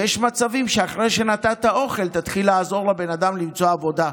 ויש מצבים שאחרי שנתת אוכל תתחיל לעזור לבן אדם למצוא עבודה.